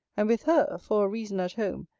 and with her, for a reason at home,